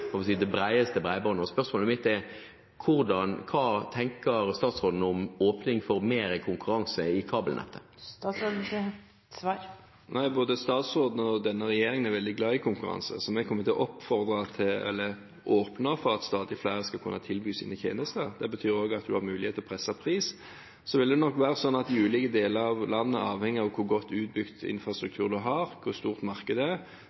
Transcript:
skal vi si – det bredeste bredbåndet. Spørsmålet mitt er: Hva tenker statsråden om å åpne for mer konkurranse i kabelnettet? Både statsråden og denne regjeringen er veldig glad i konkurranse, så vi kommer til å åpne for at stadig flere skal kunne tilby sine tjenester. Det betyr også at en har mulighet til å presse prisen. Det vil nok være slik at de ulike deler av landet er avhengig av hvor godt utbygd infrastrukturen er, og hvor stort markedet er.